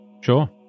Sure